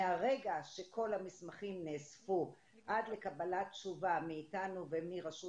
מהרגע שכל המסמכים נאספו עד לקבלת תשובה מאיתנו ומרשות